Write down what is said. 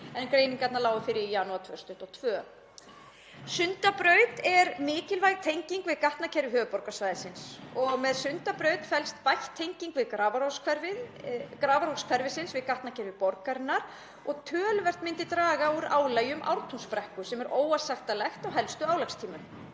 greiningarinnar lágu fyrir í janúar 2022. Sundabraut er mikilvæg tenging við gatnakerfi höfuðborgarsvæðisins. Með Sundabraut felst bætt tenging Grafarvogshverfis við gatnakerfi borgarinnar og töluvert myndi draga úr álagi um Ártúnsbrekku sem er óásættanlegt á helstu álagstímum.